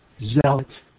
zealot